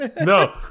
No